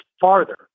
farther